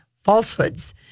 falsehoods